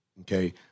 okay